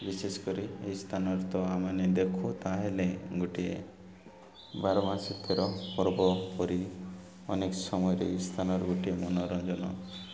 ବିଶେଷ କରି ଏଇ ସ୍ଥାନରେ ତ ଆମମାନେେ ଦେଖୁ ତାହଲେ ଗୋଟିଏ ବାରମାସୀ ତେର ପର୍ବ ପରି ଅନେକ ସମୟରେ ଏହି ସ୍ଥାନର ଗୋଟିଏ ମନୋରଞ୍ଜନ